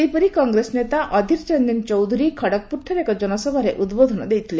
ସେହିପରି କଂଗ୍ରେସ ନେତା ଅଧୀର ରଞ୍ଜନ ଚୌଧୁରୀ ଖଡ଼ଗ୍ପୁରଠାରେେ ଏକ ଜନସଭାରେ ଉଦ୍ବୋଧନ ଦେଇଥିଲେ